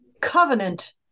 covenant